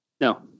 no